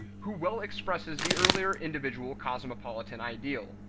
who well expresses the earlier individual-cosmopolitan ideal.